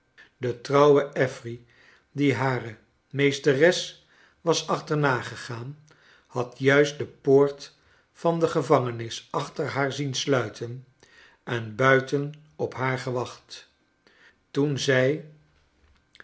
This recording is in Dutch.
de trouwe affery die hare meesteres was achternagegaan had juist de poort van de gevangenis achter haar zien sluiten en buiten op haar gewacht toen zij